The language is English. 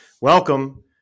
welcome